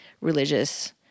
religious